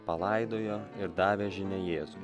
palaidojo ir davė žinią jėzui